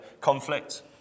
conflict